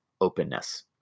openness